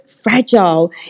fragile